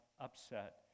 upset